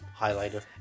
highlighter